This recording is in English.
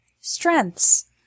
Strengths